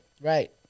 Right